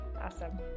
Awesome